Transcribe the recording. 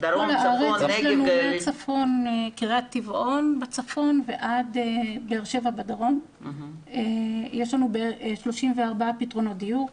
יש לנו מקרית טבעון בצפון ועד באר שבע בדרום 34 פתרונות דיור.